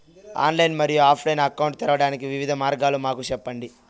Online మరియు offline account తెరవడానికి వివిధ మార్గాలు మాకు సెప్పండి?